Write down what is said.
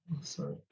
sorry